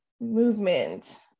movement